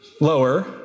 lower